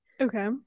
Okay